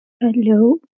Hello